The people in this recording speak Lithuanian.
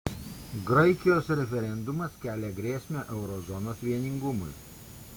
graikijos referendumas kelia grėsmę euro zonos vieningumui